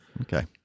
Okay